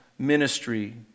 ministry